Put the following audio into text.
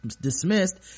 dismissed